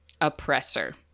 oppressor